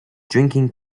drinking